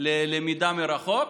ללמידה מרחוק,